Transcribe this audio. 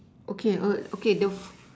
okay okay the